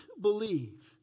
believe